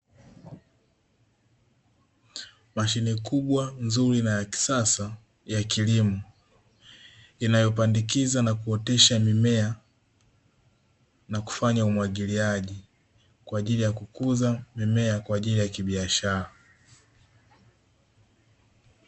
Mashine kubwa nzuri na ya kisasa ya kilimo inayopandikiza na kuotesha mimea, na kufanya umwagiliaji kwa ajili ya kukuza mimea kwa ajili ya kibiashara.